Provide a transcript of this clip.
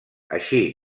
així